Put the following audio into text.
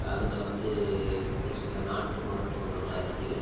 அதில் வந்து ஒரு சில நாட்டு மருத்துவங்கள்லாம் இருக்கு